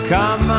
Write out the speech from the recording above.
Come